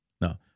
No